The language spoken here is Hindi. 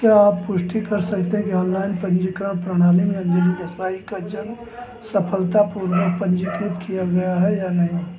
क्या आप पुष्टि कर सकते हैं कि ऑनलाइन पंजीकरण प्रणाली में अंजलि देसाई का जन्म सफलतापूर्वक पंजीकृत किया गया है या नहीं